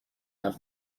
have